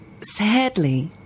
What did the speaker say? sadly